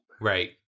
Right